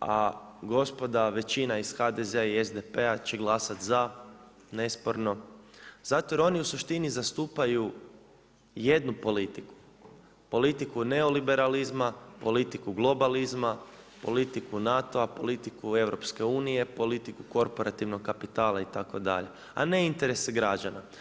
a gospoda većina iz HDZ-a i SDP-a će glasat za nesporno zato jer oni u suštini zastupaju jednu politiku, politiku neoliberalizma, politiku globalizma, politiku NATO-a, politiku EU, politiku korporativnog kapitala itd. a ne interese građana.